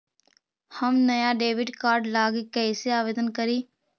हम नया debit card लागी कईसे आवेदन करी?